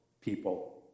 people